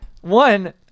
one